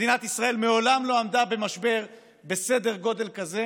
מדינת ישראל מעולם לא עמדה במשבר בסדר גודל כזה